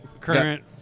Current